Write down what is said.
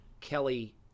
Kelly